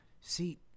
see